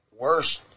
worst